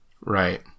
Right